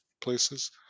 places